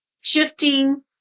shifting